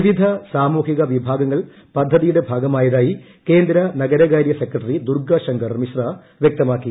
വിവിധ സാമൂഹിക വിഭാഗങ്ങൾ പദ്ധതിയുടെ ഭാഗമായതായി കേന്ദ്ര നഗരകാരൃ സെക്രട്ടറി ദുർഗ ശങ്കർ മിശ്ര വ്യക്തമക്കി